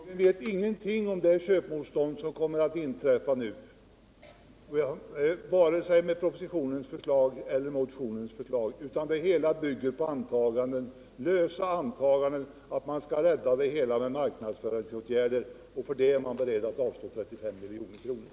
Herr talman! Bo Lundgren vet ingenting om det köpmotstånd som kommer att inträffa vare sig man stannar för propositionens förslag eller för motionens förslag. Bo Lundgrens resonemang bygger på lösa antaganden att man skall rädda det hela med marknadsföringsåtgärder, och för det ändamålet är man beredd att avstå 35 milj.kr.